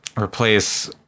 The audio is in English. replace